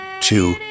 two